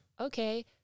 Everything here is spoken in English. Okay